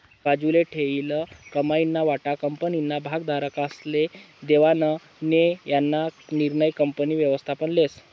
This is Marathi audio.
बाजूले ठीयेल कमाईना वाटा कंपनीना भागधारकस्ले देवानं का नै याना निर्णय कंपनी व्ययस्थापन लेस